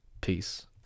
peace